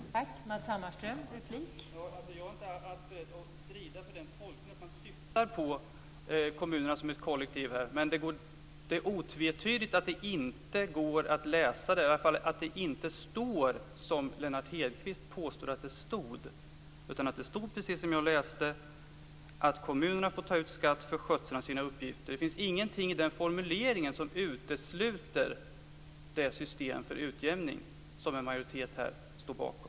Fru talman! Jag vill inte strida för den tolkningen att man syftar på kommunerna som ett kollektiv, men det är otvetydigt att det inte går att läsa det, att det inte står som Lennart Hedquist påstod att det stod. Det står precis som jag läste, att kommunerna får ta ut skatter för skötsel av sina uppgifter. Det finns ingenting i den formuleringen som utesluter det system för utjämning som en majoritet här står bakom.